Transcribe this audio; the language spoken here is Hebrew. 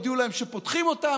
הודיעו להם שפותחים אותם,